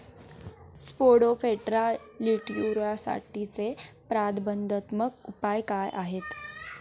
Spodoptera लिट्युरासाठीचे प्रतिबंधात्मक उपाय काय आहेत?